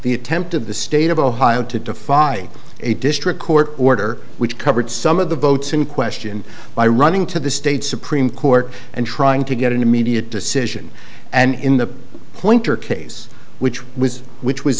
the attempt of the state of ohio to defy a district court order which covered some of the votes in question by running to the state supreme court and trying to get an immediate decision and in the pointer case which was which was